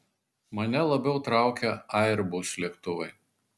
mane labiau traukia airbus lėktuvai